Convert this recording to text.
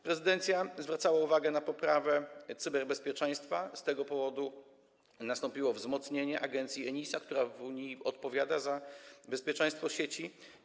Prezydencja zwracała uwagę na poprawę cyberbezpieczeństwa, z tego powodu nastąpiło wzmocnienie agencji ENISA, która w Unii odpowiada za bezpieczeństwo sieci.